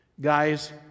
guys